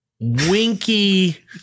winky